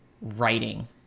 writing